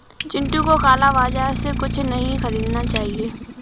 चिंटू को काला बाजार से कुछ नहीं खरीदना चाहिए